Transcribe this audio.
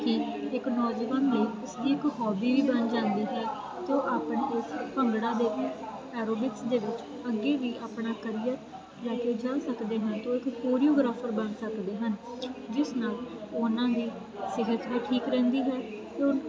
ਇਕ ਨੌਜਵਾਨ ਦੀ ਤਸਲੀ ਇਕ ਫੌਜੀ ਵੀ ਬਣ ਜਾਂਦੀ ਹੈ ਤੇ ਉਹ ਆਪਣੇ ਪੈਰੋਲਿਕਸ ਦੇ ਵਿੱਚ ਅੱਗੇ ਵੀ ਆਪਣਾ ਕਰੀਅਰ ਜਾਂ ਤੇ ਜਾ ਸਕਦੇ ਹਾਂ ਜਿਸ ਨਾਲ ਉਹਨਾਂ ਦੀ ਸੀ ਠੀਕ ਰਹਿੰਦੀ ਹੈ